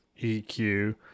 eq